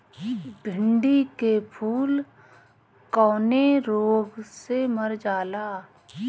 भिन्डी के फूल कौने रोग से मर जाला?